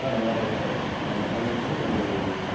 ஆ நல்ல டேஸ்ட்டாக இருக்கும் நாலு கோன் ஐஸு ஒரு